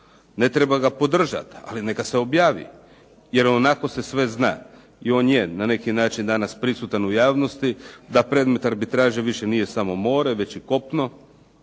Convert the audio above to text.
Ne treba ga podržati, ali neka se objavi, jer ionako se sve zna i on je na neki način danas prisutan u javnosti, da predmet arbitraže više nije samo more već i kopno